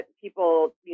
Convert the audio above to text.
people